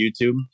youtube